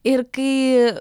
ir kai